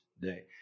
day